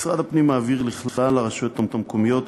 משרד הפנים מעביר לכלל הרשויות המקומיות,